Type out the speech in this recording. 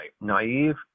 naive